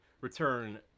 return